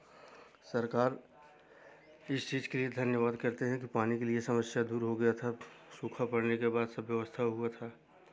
सरकार इस चीज़ के लिए धन्यवाद करते हैं कि पानी के लिए समस्या दूर हो गया था सुखा पड़ने के बाद सब व्यवस्था हुआ था